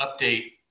update